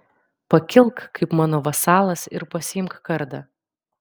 pakilk kaip mano vasalas ir pasiimk kardą